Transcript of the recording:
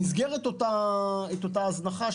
במסגרת אותה הזנחה,